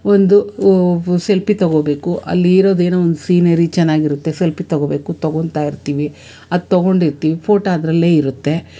ಒಂದು ಸೆಲ್ಪಿ ತೊಗೊಬೇಕು ಅಲ್ಲಿ ಇರೋದೇನೋ ಒಂದು ಸೀನರಿ ಚೆನ್ನಾಗಿರುತ್ತೆ ಸೆಲ್ಪಿ ತೊಗೊಬೇಕು ತೊಗೊಳ್ತಾ ಇರ್ತೀವಿ ಅದು ತೊಗೊಂಡಿರ್ತೀವಿ ಫೋಟ ಅದರಲ್ಲೇ ಇರುತ್ತೆ